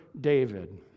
David